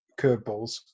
curveballs